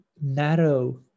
narrow